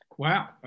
Wow